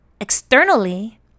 externally